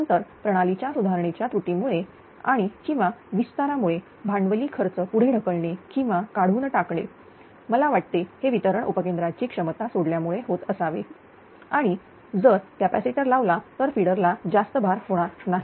नंतर प्रणालीच्या सुधारणेच्या त्रुटीमुळे आणि किंवा विस्तारामुळे भांडवली खर्च पुढे ढकलणे किंवा काढून टाकले मला वाटते हे वितरण उपकेंद्राची क्षमता सोडल्यामुळे होत असावे आणि आणि जर कॅपॅसिटर लावला तर फिडर ला जास्त भार होणार नाही